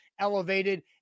elevated